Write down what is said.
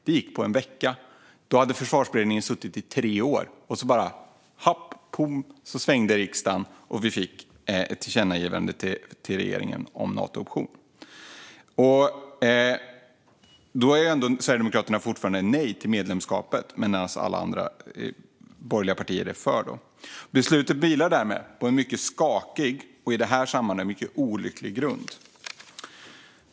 Det gick på en vecka. Efter att Försvarsberedningen hade suttit i tre år svängde riksdagen, och så fick vi ett tillkännagivande till regeringen om en Nato-option. Men Sverigedemokraterna säger fortfarande nej till medlemskapet, medan alla andra borgerliga partier är för. Beslutet vilar därmed på en mycket skakig och i detta sammanhang mycket olycklig grund.